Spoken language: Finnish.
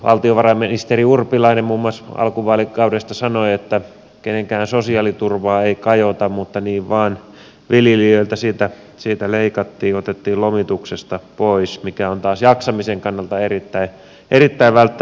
valtiovarainministeri urpilainen muun muassa alkuvaalikaudesta sanoi että kenenkään sosiaaliturvaan ei kajota mutta niin vain viljelijöiltä siitä leikattiin otettiin pois lomituksesta joka on taas jaksamisen kannalta erittäin välttämätön asia